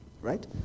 Right